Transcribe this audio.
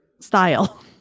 style